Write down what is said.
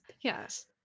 Yes